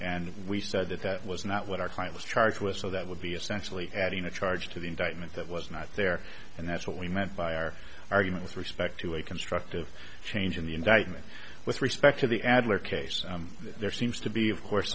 and we said that that was not what our client was charged with so that would be essentially adding a charge to the indictment that was not there and that's what we meant by our argument with respect to a constructive change in the indictment with respect to the adler case there seems to be of course